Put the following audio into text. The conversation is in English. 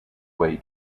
way